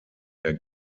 der